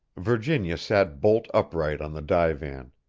virginia sat bolt upright on the divan,